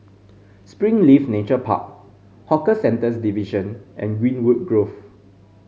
Springleaf Nature Park Hawker Centres Division and Greenwood Grove